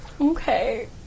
Okay